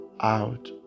out